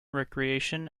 recreation